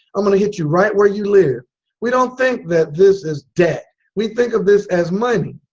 i'm going to hit you right where you live we don't think that this is debt. we think of this as money